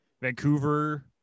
Vancouver